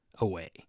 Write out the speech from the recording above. away